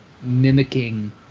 mimicking